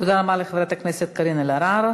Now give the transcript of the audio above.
תודה רבה לחברת הכנסת קארין אלהרר.